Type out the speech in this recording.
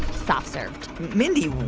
soft-served mindy,